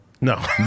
No